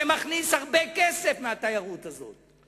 שמכניס הרבה כסף מהתיירות הזאת.